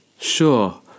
Sure